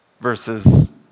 versus